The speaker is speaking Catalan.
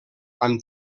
amb